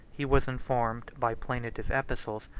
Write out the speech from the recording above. he was informed, by plaintive epistles,